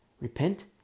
repent